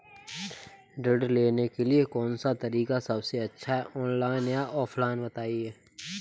ऋण लेने के लिए कौन सा तरीका सबसे अच्छा है ऑनलाइन या ऑफलाइन बताएँ?